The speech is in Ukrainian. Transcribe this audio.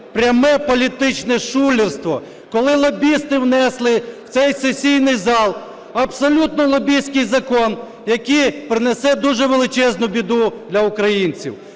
пряме політичне шулерство, коли лобісти внесли в цей сесійний зал абсолютно лобістський закон, який принесе дуже величезну біду для українців.